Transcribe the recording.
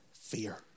fear